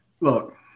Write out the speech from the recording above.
Look